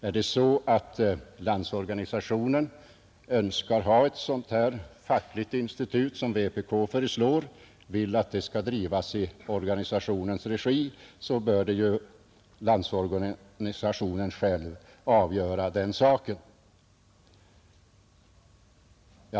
Är det så att Landsorganisationen önskar ha ett sådant här fackligt institut, som vpk föreslår, och vill att det skall drivas i organisationens regi, så bör ju Landsorganisationen själv avgöra den saken.